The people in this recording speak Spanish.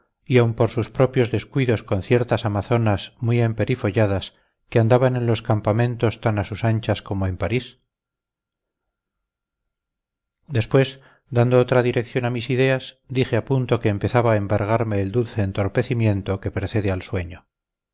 y aun por sus propios descuidos con ciertas amazonas muy emperifolladas que andaban en los campamentos tan a sus anchas como en parís después dando otra dirección a mis ideas dije a punto que empezaba a embargarme el dulce entorpecimiento que precede al sueño